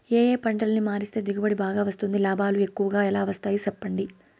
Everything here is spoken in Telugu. ఏ ఏ పంటలని మారిస్తే దిగుబడి బాగా వస్తుంది, లాభాలు ఎక్కువగా ఎలా వస్తాయి సెప్పండి